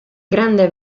grande